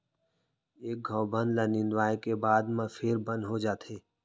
एक घौं बन ल निंदवाए के बाद म फेर बन हो जाथे